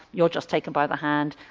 you're just taken by the hand,